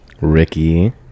ricky